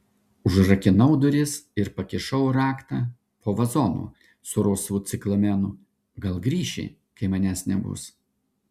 užrakinau duris ir pakišau raktą po vazonu su rausvu ciklamenu gal grįši kai manęs nebus